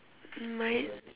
mine